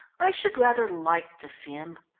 i should rather like to see him.